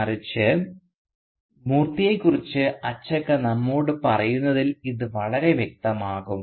മറിച്ച് മൂർത്തിയെക്കുറിച്ച് അച്ചക്ക നമ്മോട് പറയുന്നതിൽ ഇത് വളരെ വ്യക്തമാകും